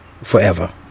forever